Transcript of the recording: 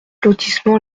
lotissement